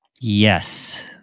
Yes